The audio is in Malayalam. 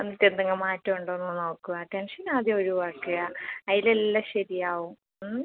എന്നിട്ട് എന്തെങ്കിലും മാറ്റം ഉണ്ടോ എന്ന് നോക്കാം ടെൻഷൻ ആദ്യം ഒഴിവാക്കാം അതിൽ എല്ലാം ശരി ആവും